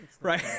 right